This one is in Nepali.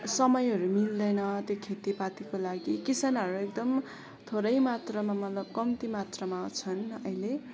समयहरू मिल्दैन त्यो खेतीपातीको लागि किसानहरू एकदम थोरै मात्रामा मतलब कम्ती मात्रामा छन् अहिले